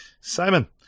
Simon